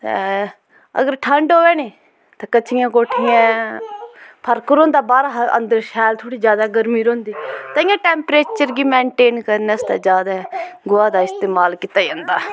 ते अगर ठंड होऐ नी चे कच्चियें कोठियें फर्क रौंह्दा बाह्रा हा अंदर शैल थोह्ड़ी ज्यादा गर्मी रौंह्दी ताईंयै टैम्परेचर गी मैंटेन करने आस्तै ज्यादा गोहा दा इस्तमाल कीता जंदा